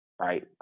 right